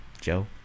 Joe